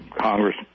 congress